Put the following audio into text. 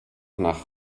nach